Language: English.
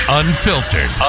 unfiltered